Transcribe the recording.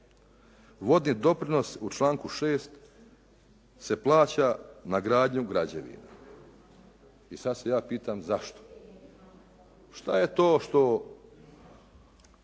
Vodni doprinos u članku 6. se plaća na gradnju građevina. I sad se ja pitam zašto. Šta je to što